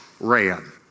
ran